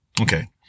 Okay